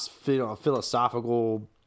philosophical